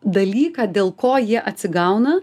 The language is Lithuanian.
dalyką dėl ko jie atsigauna